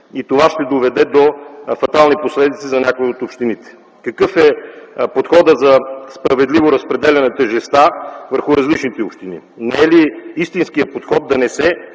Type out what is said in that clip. и това ще доведе до фатални последици за някои от общините. Какъв е подходът за справедливо разпределяне на тежестта върху различните общини? Истинският подход не е